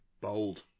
bold